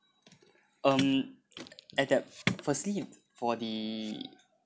um at that firstly for the